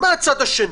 מצד שני,